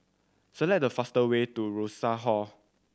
select the fastest way to Rosas Hall